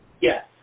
Yes